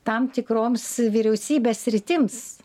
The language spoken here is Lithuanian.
tam tikroms vyriausybės sritims